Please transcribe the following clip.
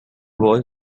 was